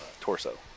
torso